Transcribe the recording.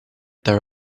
there